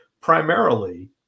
primarily